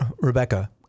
Rebecca